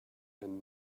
and